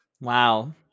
wow